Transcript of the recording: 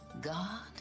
God